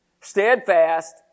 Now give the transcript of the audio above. steadfast